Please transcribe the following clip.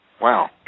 Wow